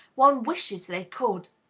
one wishes they could!